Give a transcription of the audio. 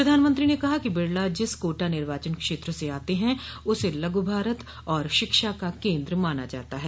प्रधानमंत्री ने कहा कि बिड़ला जिस कोटा निर्वाचन क्षेत्र से आते हैं उसे लघ् भारत और शिक्षा का केन्द्र माना जाता है